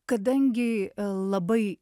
kadangi labai